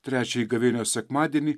trečiąjį gavėnios sekmadienį